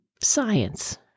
science